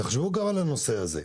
תחשבו גם על הנושא הזה.